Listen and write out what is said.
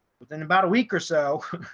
within about a week or so,